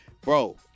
Bro